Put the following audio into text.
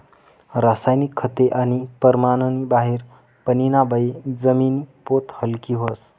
रासायनिक खते आणि परमाननी बाहेर पानीना बये जमिनी पोत हालकी व्हस